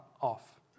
off